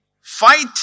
fight